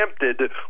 tempted